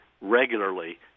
regularly